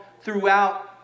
throughout